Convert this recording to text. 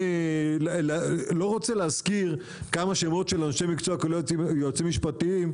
אני לא רוצה להזכיר כמה שמות של אנשי מקצוע כולל יועצים משפטיים,